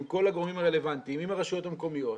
עם כל הגורמים הרלוונטיים, עם הרשויות המקומיות.